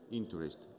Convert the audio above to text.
interest